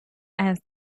and